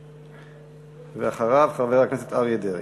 בבקשה, ואחריו, חבר הכנסת אריה דרעי.